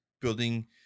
building